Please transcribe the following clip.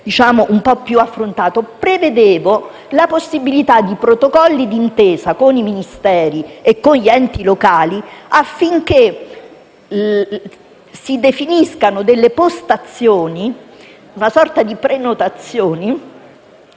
debba essere affrontato, prevedevo la possibilità di protocolli di intesa con i Ministeri e gli enti locali, affinché si definissero delle postazioni, con una sorta di prenotazione,